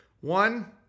One